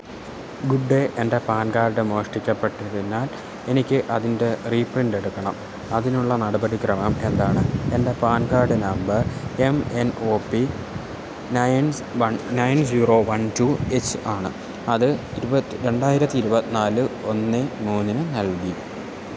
good day എൻ്റെ PAN card മോഷ്ടിക്കപ്പെട്ടതിനാൽ എനിക്ക് അതിൻ്റെ റീപ്രിൻറ് എടുക്കണം അതിനുള്ള നടപടിക്രമം എന്താണ് എൻ്റെ PAN card number M N O P nine one nine zero one two H ആണ് അത് ഇരുപത്തി രണ്ടായിരത്തി ഇരുപത്തിനാല് ഒന്ന് മൂന്നിന് നൽകി